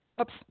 Oops